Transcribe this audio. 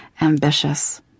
ambitious